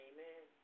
Amen